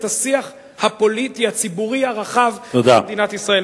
השיח הפוליטי הציבורי הרחב במדינת ישראל.